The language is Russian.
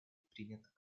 принят